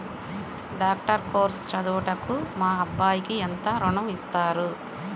Doctor course చదువుటకు మా అబ్బాయికి ఎంత ఋణం ఇస్తారు?